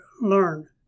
learn